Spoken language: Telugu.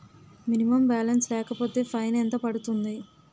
మినిమం బాలన్స్ లేకపోతే ఫైన్ ఎంత పడుతుంది?